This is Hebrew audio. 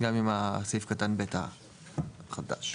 סעיף קטן (ב) החדש.